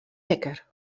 wekker